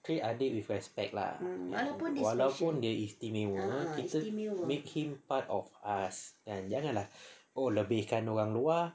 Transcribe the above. treat adik with respect lah walaupun dia istimewa kita make him part of us kan janganlah lebihkan orang luar